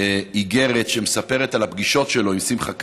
איגרת שמספרת על הפגישות שלו עם שמחה קאז'יק.